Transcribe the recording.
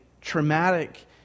traumatic